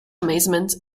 amazement